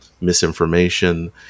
misinformation